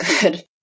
good